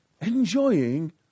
enjoying